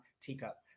teacup